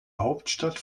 hauptstadt